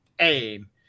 aim